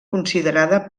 considerada